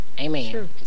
amen